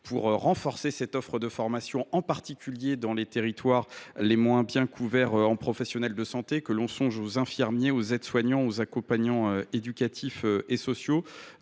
pour renforcer l’offre de formation, en particulier dans les territoires les moins bien couverts en professionnels de santé : infirmiers, aides soignants, accompagnants éducatifs et sociaux,